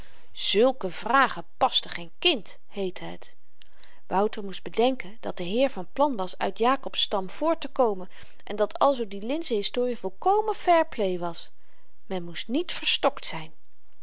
zulke vragen pasten geen kind heette het wouter moest bedenken dat de heer vanplan was uit jakobs stam voorttekomen en dat alzoo die linzen historie volkomen fair play was men moest niet verstokt zyn